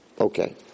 Okay